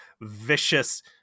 vicious